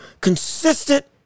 consistent